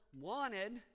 wanted